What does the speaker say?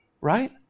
right